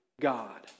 God